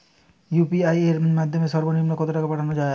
UPI এর মাধ্যমে সর্ব নিম্ন কত টাকা পাঠানো য়ায়?